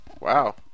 wow